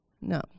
No